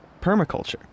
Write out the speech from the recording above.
Permaculture